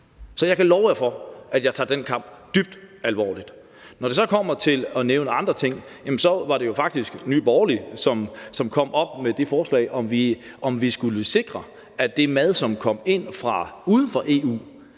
Så jeg kan love jer for, at jeg tager den kamp dybt alvorligt. Når det så kommer til andre ting, var det jo faktisk Nye Borgerlige, som kom op med et forslag om, at vi skulle sikre, at det kød, som kom ind fra lande uden for EU,